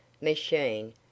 machine